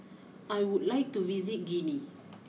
I would like to visit Guinea